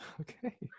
Okay